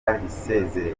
isezerewe